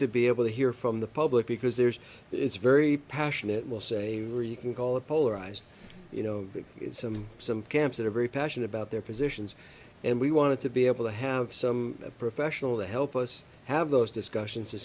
to be able to hear from the public because there's it's very passionate will say rican call it polarized you know something some camps that are very passionate about their positions and we wanted to be able to have some professional to help us have those discussions to